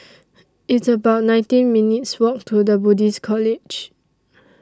It's about nineteen minutes' Walk to The Buddhist College